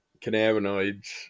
cannabinoids